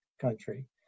country